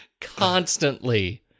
constantly